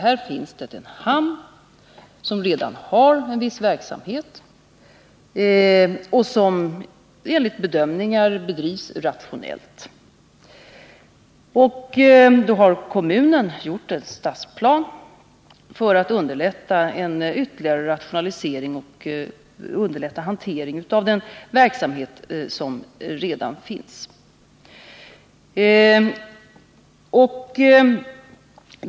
Här finns det en hamn som redan har en viss verksamhet och som enligt bedömning har bedrivits rationellt. Kommunen har då gjort en stadsplan för att underlätta en ytterligare rationalisering och underlätta hanteringen av den verksamhet som redan finns.